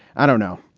i don't know.